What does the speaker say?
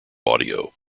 audio